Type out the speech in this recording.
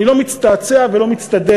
אני לא מצטעצע ולא מצטדק,